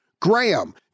Graham